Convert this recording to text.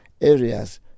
areas